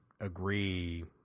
agree